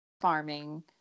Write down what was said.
farming